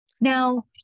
Now